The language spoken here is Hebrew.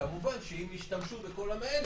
כמובן אם ישתמשו בכל ה-100,000,